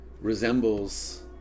resembles